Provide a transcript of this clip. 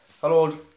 Hello